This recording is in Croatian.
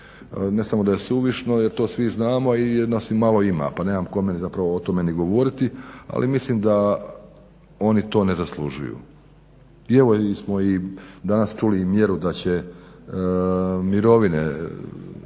Ne samo da je suvišno jer to svi znamo jer nas i malo ima pa nemam kome zapravo o tome ni govoriti ali mislim da oni to ne zaslužuju. Evo i danas čuli mjeru da će mirovine više